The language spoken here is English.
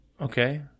Okay